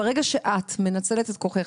ברגע שאת מנצלת את כוחך,